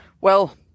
Well